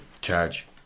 Charge